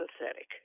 pathetic